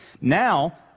Now